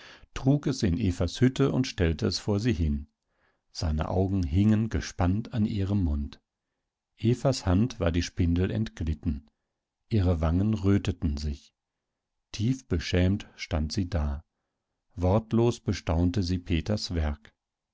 trug es in evas hütte und stellte es vor sie hin seine augen hingen gespannt an ihrem mund evas hand war die spindel entglitten ihre wangen röteten sich tief beschämt stand sie da wortlos bestaunte sie peters werk